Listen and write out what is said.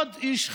עוד איש,